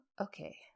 okay